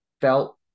felt